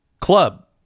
Club